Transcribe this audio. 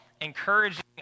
encouraging